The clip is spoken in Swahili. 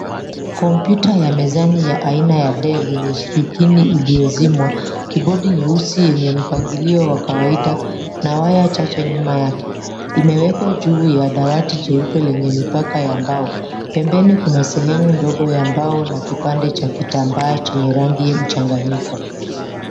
Kompyuta ya mezani ya aina ya Dell yenye skrikini iliyozimwa, kibodi nyeusi yenye mpangilio wa kawaida na waya chache nyuma yake imewekwa juu ya dawati jeupe lenye mipaka ya mbao. Pembeni kuna sehemu ndogo ya mbao na kitambaa cha rangi mchanganyiko.